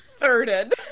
thirded